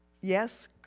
Yes